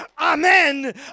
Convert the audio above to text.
amen